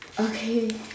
okay